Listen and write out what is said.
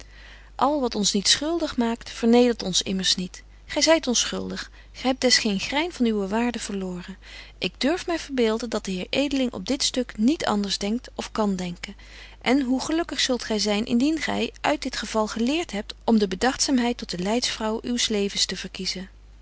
al wat ons niet schuldig maakt vernedert ons immers niet gy zyt onschuldig gy hebt des geen grein van uwe waarde verloren ik durf my verbeelden dat de heer edeling op dit stuk niet anders denkt of kan denken en hoe gelukkig zult gy zyn indien gy uit dit geval geleert hebt om de bedagtzaamheid tot de leidsvrouw uws levens te verkiezen